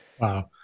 Wow